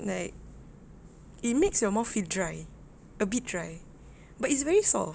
like it makes your mouth feel dry a bit dry but it's very soft